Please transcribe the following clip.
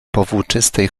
powłóczystej